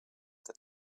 that